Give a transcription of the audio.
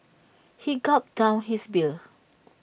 he gulped down his beer